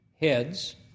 heads